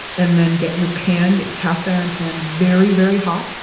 and then get your pan, get your cast-iron pan very, very hot.